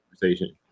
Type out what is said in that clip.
conversation